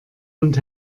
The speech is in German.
und